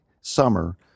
summer